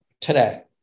today